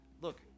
Look